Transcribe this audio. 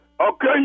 Okay